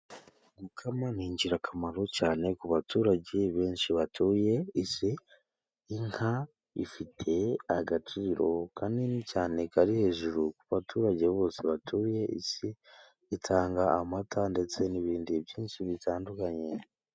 Gukama ni ingirakamaro cyane ku baturage benshi batuye isi. Inka ifite agaciro kanini cyane, kari hejuru ku baturage bose baturiye isi, itanga amata ndetse n’ibindi byinshi bitandukanye.